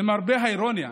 למרבה האירוניה,